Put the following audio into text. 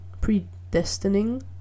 predestining